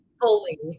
fully